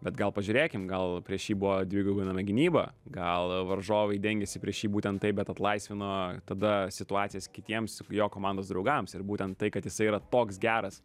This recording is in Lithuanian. bet gal pažiūrėkim gal prieš jį buvo dvigubinama gynyba gal varžovai dengėsi prieš jį būtent taip bet atlaisvino tada situacijas kitiems jo komandos draugams ir būtent tai kad jisai yra toks geras